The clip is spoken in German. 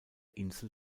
insel